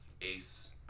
Ace